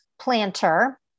planter